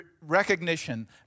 recognition